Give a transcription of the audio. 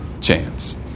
chance